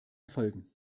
erfolgen